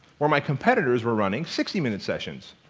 where my competitors were running sixty minute sessions.